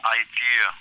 idea